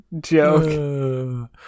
joke